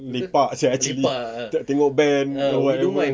lepak sia actually tak tengok band whatever